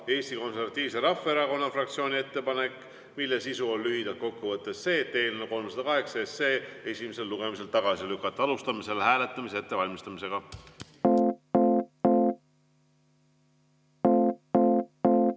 Eesti Konservatiivse Rahvaerakonna fraktsiooni ettepanek, mille sisu on lühidalt kokku võttes see, et eelnõu 308 esimesel lugemisel tagasi lükata. Alustame hääletamise ettevalmistamist.